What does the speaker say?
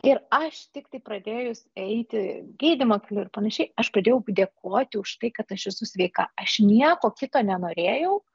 ir aš tiktai pradėjus eiti gydymo keliu ir panašiai aš pradėjau dėkoti už tai kad aš esu sveika aš nieko kito nenorėjau